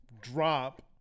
drop